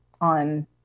on